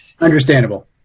understandable